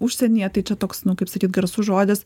užsienyje tai čia toks nu kaip sakyt garsus žodis